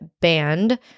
banned